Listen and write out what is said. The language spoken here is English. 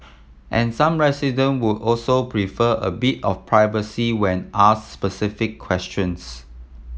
and some resident would also prefer a bit of privacy when ask specific questions